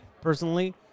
personally